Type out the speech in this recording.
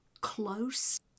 close